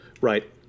right